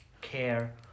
care